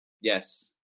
Yes